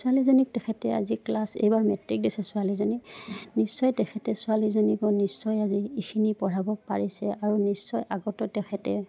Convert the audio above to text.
ছোৱালীজনীক তেখেতে আজি ক্লাছ এইবাৰ মেট্ৰিক দিছে ছোৱালীজনী নিশ্চয় তেখেতে ছোৱালীজনীকো নিশ্চয় আজি এইখিনি পঢ়াব পাৰিছে আৰু নিশ্চয় আগতো তেখেতে